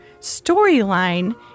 storyline